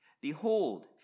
behold